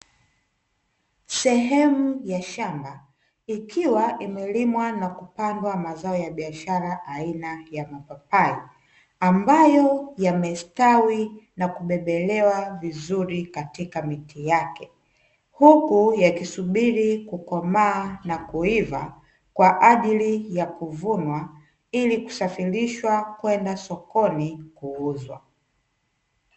Sehemu ya shamba ikiwa imelimwa na kupandwa mazao ya biashara aina ya mapapai, ambayo yamestawi na kubebelewa vizuri katika miti yake huku yakisubiri kukomaa na kuiva kwa ajili ya kuvunwa ili kusafirishwa kwenda sokoni kuuzwa.